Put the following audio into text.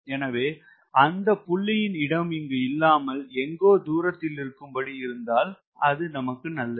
எனவே அந்த புள்ளியின் இடம் இங்கு இல்லாமல் எங்கோ தூரத்தில் இருக்கும்படி இருந்தால் அது நல்லது